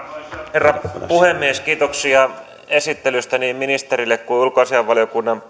herra puhemies kiitoksia esittelystä niin ministerille kuin ulkoasiainvaliokunnan